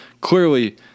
Clearly